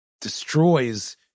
destroys